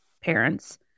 parents